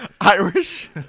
Irish